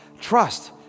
trust